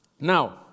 Now